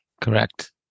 correct